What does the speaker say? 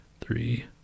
three